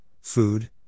food